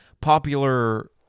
popular